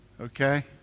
Okay